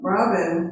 Robin